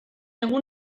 egun